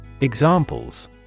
Examples